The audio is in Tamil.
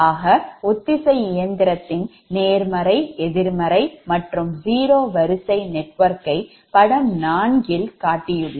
ஆக ஒத்திசை இயந்திரத்தின் நேர்மறை எதிர்மறை மற்றும் 0 வரிசை நெட்வொர்க்கை படம் நான்கில் காட்டியுள்ளேன்